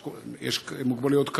יש מוגבלויות קלות,